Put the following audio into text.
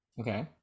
okay